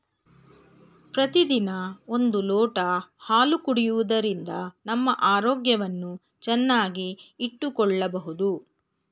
ಪ್ರತಿದಿನ ಒಂದು ಲೋಟ ಹಾಲು ಕುಡಿಯುವುದರಿಂದ ನಮ್ಮ ಆರೋಗ್ಯವನ್ನು ಚೆನ್ನಾಗಿ ಇಟ್ಟುಕೊಳ್ಳಬೋದು